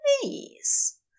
please